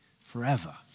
forever